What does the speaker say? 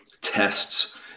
tests